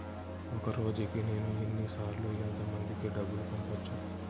ఒక రోజుకి నేను ఎన్ని సార్లు ఎంత మందికి డబ్బులు పంపొచ్చు?